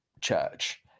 Church